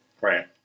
Right